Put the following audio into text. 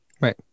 right